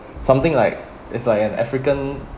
something like it's like an african